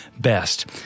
best